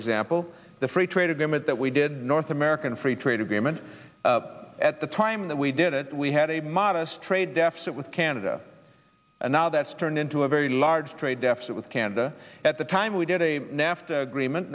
example the free trade agreement that we did north american free trade agreement at the time that we did it we had a modest trade deficit with canada and now that's turned into a very large trade deficit with canada at the time we did a nafta agreement